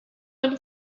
them